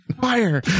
Fire